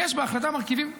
יש בהחלטה מרכיבים סמי-קבועים,